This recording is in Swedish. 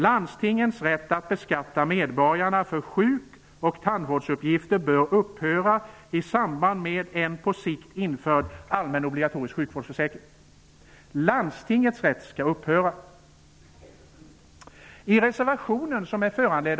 - landstingens rätt att beskatta medborgarna för sjuk och tandvårdsuppgifter bör upphöra i samband med en på sikt införd allmän obligatorisk sjukvårdsförsäkring.'' Landstingens rätt skall alltså upphöra.